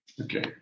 okay